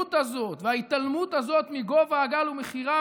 שהיהירות הזאת וההתעלמות הזאת מגובה הגל ומחיריו